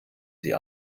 sie